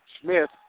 Smith